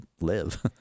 live